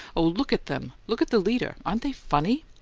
oh, look at them! look at the leader! aren't they funny?